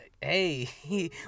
hey